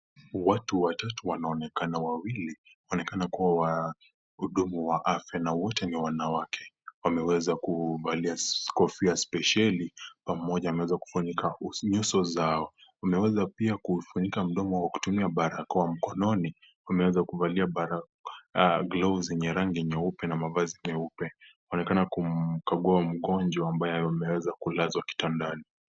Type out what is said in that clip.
Watu watatu wanaonekana. Wawili wanaonekana kuwa wahudumu wa afya, na wote ni wanawake. Wameweza kukalia kofia spesheli na mmoja ameweza pia kufunika nyuso zao, wameweza pia kufunika mdomo wao kutumia barakoa. Mkononi wameweza kuvalia glove zenye rangi nyeupena mavazi meupe. Waonekana kumkagua mgonjwa ambaye ameweza kulazwa kitandani